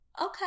Okay